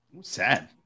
Sad